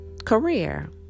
career